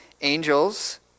angels